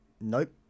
Nope